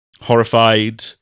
horrified